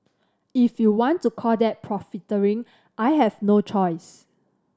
if you want to call that profiteering I have no choice